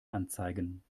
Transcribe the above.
anzeigen